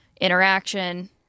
interaction